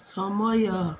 ସମୟ